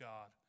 God